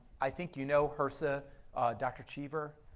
i think you know hrsa dr. cheber,